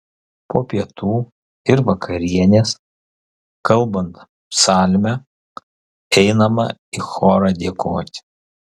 po pietų ir vakarienės kalbant psalmę einama į chorą dėkoti